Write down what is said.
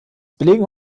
belegen